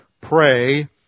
pray